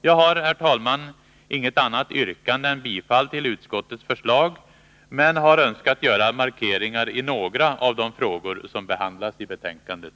Jag har, herr talman, inget annat yrkande än bifall till utskottets förslag, men jag har önskat göra markeringar i några av de frågor som behandlas i betänkandet.